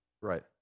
Right